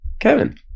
Kevin